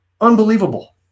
Unbelievable